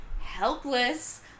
helpless